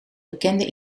bekende